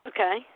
Okay